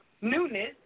newness